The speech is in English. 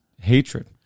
hatred